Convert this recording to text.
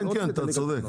כן, אתה צודק.